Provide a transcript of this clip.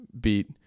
beat